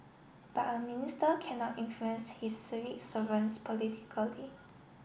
but a minister cannot influence his civil servants politically